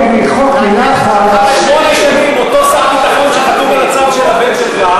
שמונה שנים אותו שר ביטחון שחתום על הצו של הבן שלך